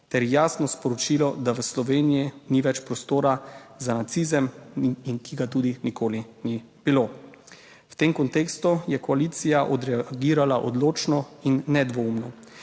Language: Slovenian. ter jasno sporočilo, da v Sloveniji ni več prostora za nacizem in ki ga tudi nikoli ni bilo. V tem kontekstu je koalicija odreagirala odločno in nedvoumno.